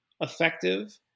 effective